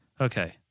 Okay